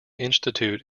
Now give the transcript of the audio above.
institute